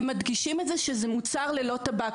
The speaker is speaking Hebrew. הם מדגישים את זה שזה מוצר ללא טבק.